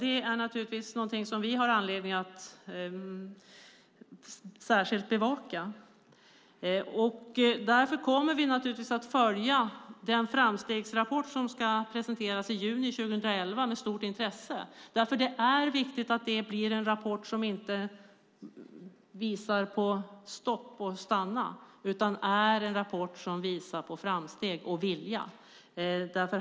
Det är något som vi har anledning att särskilt bevaka. Därför kommer vi att följa den framstegsrapport som ska presenteras i juni 2011 med stort intresse. Det är viktigt att det blir en rapport som inte visar på stopp och stanna utan visar på framsteg och vilja.